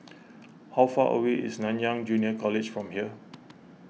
how far away is Nanyang Junior College from here